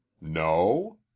No